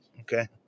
Okay